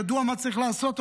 ידוע מה צריך לעשות,